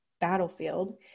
battlefield